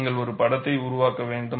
நீங்கள் ஒரு படத்தை உருவாக்க வேண்டும்